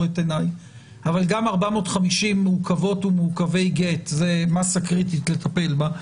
אבל גם 450 מעוכבות ומעוכבי גט זו מאסה קריטית לטפל בה.